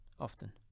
often